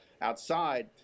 outside